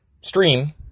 stream